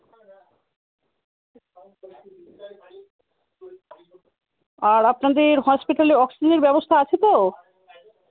আর আপনাদের হসপিটালে অক্সিজেনের ব্যবস্থা আছে তো